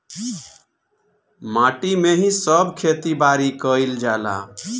माटी में ही सब खेती बारी कईल जाला